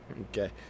Okay